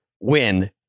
win